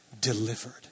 delivered